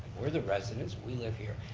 we're the residents, we live here,